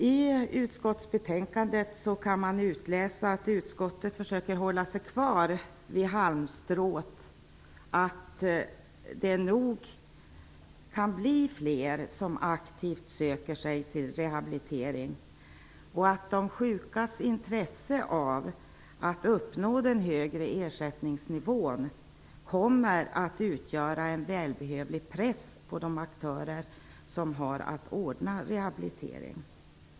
I utskottsbetänkandet kan man utläsa att utskottet försöker att hålla sig kvar vid halmstråt att det nog kan bli fler som aktivt söker sig till rehabilitering och att de sjukas intresse av att uppnå den högre ersättningsnivån kommer att utgöra en välbehövlig press på de aktörer som har att ordna rehabilitering.